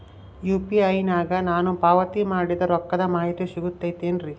UPI ನಾಗ ನಾನು ಪಾವತಿ ಮಾಡಿದ ರೊಕ್ಕದ ಮಾಹಿತಿ ಸಿಗುತೈತೇನ್ರಿ?